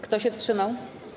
Kto się wstrzymał?